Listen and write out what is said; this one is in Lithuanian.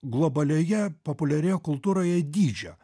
globalioje populiarioje kultūroje dydžio